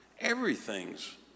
everything's